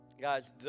Guys